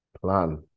Plan